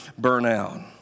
burnout